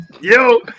Yo